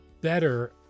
better